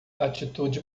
atitude